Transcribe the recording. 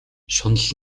шунал